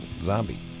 zombie